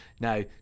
now